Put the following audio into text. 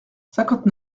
cinquante